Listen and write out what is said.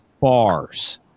bars